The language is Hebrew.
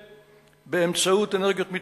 ייעשו באמצעות אנרגיות מתחדשות.